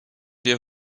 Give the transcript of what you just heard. des